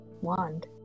wand